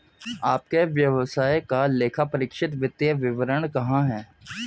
आपके व्यवसाय का लेखापरीक्षित वित्तीय विवरण कहाँ है?